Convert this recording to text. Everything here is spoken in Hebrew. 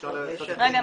אפשר --- רגע,